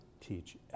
Teach